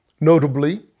notably